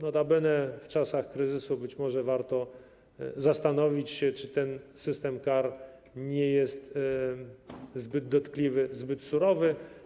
Notabene w czasach kryzysu być może warto zastanowić się, czy ten system kar nie jest zbyt dotkliwy, zbyt surowy.